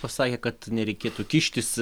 pasakė kad nereikėtų kištis